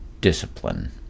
discipline